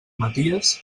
maties